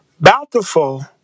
bountiful